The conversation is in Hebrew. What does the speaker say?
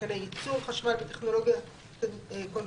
מיתקני ייצור חשמל בטכנולוגיות קונבנציונלי